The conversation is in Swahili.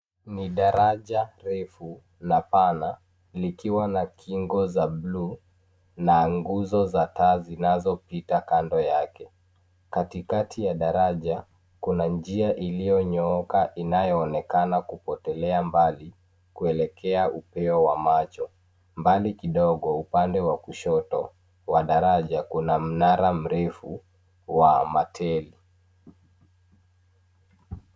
Ni daraja refu na pana likiwa na kingo za buluu na nguzo za taa zinazopita kando yake. Katikati ya daraja, kuna njia iliyonyooka inayoonekana kupotelea mbali kuelekea upeo wa macho. Mbali kidogo, upande wa kushoto wa daraja, kuna mnara mrefu wa mateli.